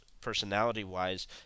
personality-wise